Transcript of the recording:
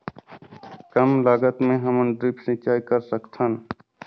कम लागत मे हमन ड्रिप सिंचाई कर सकत हन?